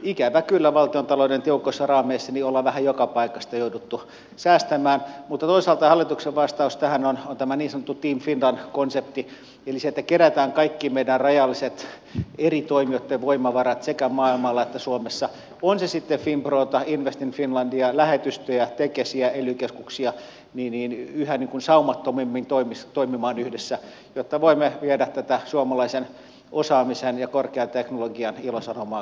ikävä kyllä valtiontalouden tiukoissa raameissa ollaan vähän joka paikasta jouduttu säästämään mutta toisaalta hallituksen vastaus tähän on tämä niin sanottu team finland konsepti eli se että kerätään kaikki meidän rajalliset eri toimijoitten voimavarat sekä maailmalla että suomessa on se sitten finproa invest in finlandia lähetystöjä tekesiä ely keskuksia yhä saumattomammin toimimaan yhdessä jotta voimme viedä tätä suomalaisen osaamisen ja korkean teknologian ilosanomaa kaikkialle maailmassa